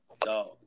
dog